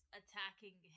attacking